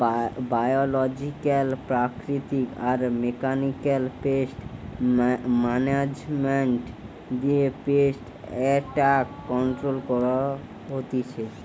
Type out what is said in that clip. biological প্রাকৃতিক আর mechanical pest management দিয়ে পেস্ট এট্যাক কন্ট্রোল করা হতিছে